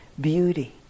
beauty